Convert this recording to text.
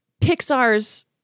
Pixar's